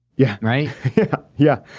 yeah, right yeah yeah.